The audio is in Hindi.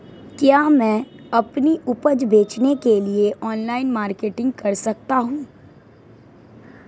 क्या मैं अपनी उपज बेचने के लिए ऑनलाइन मार्केटिंग कर सकता हूँ?